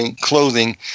clothing